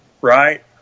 right